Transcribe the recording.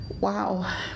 wow